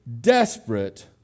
desperate